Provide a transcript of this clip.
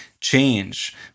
change